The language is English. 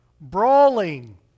brawling